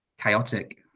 chaotic